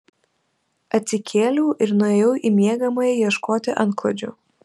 atsikėliau ir nuėjau į miegamąjį ieškoti antklodžių